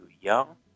young